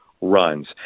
runs